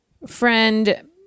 friend